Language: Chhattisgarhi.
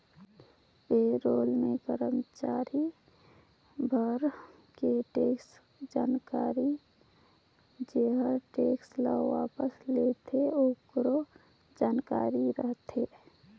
पे रोल मे करमाचारी भर के टेक्स जानकारी जेहर टेक्स ल वापस लेथे आकरो जानकारी रथे